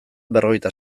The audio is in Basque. berrogeita